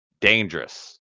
dangerous